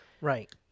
Right